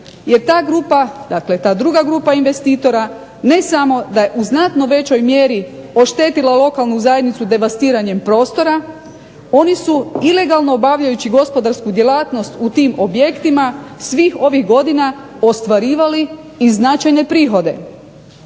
jer ta grupa, dakle ta druga grupa investitora ne samo da je u znatno većoj mjeri oštetila lokalnu zajednicu devastiranjem prostora, oni su ilegalno obavljajući gospodarsku djelatnost u tim objektima svih ovih godina ostvarivali i značajne prihode.